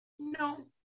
No